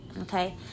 okay